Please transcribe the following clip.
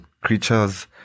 creatures